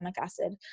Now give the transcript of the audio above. acid